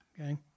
okay